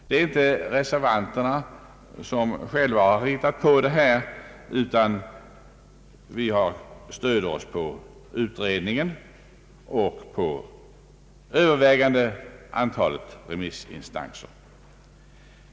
Det är inte reservanterna som själva hittat på detta, utan vi stöder oss på utredningen och på det övervägande antalet remissinstanser.